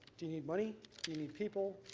do you need money? do you need people?